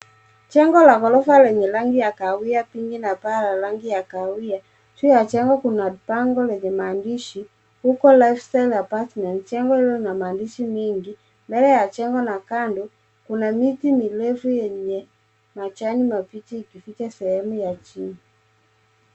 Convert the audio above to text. Jengo la gorofa lenye rangi ya kahawia, pinki na paa la rangi ya kahawia. Juu ya jengo kuna bango lenye maandishi Huko Lifestyle Apartments ; jengo hilo lina maandishi mengi. Mbele ya jengo na kando kuna miti mirefu yenye majani mabichi ikificha sehemu ya chini.